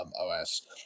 OS